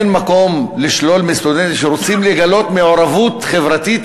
אין מקום לשלול מסטודנטים שרוצים לגלות מעורבות חברתית